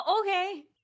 Okay